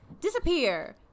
disappear